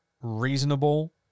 reasonable